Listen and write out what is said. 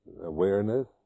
awareness